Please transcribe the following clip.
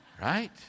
Right